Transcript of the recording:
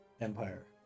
Empire